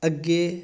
ਅੱਗੇ